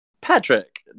Patrick